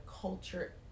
culture